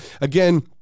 again